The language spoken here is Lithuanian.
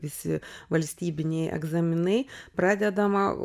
visi valstybiniai egzaminai pradedama